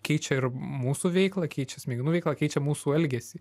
keičia ir mūsų veiklą keičia smegenų veiklą keičia mūsų elgesį